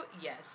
yes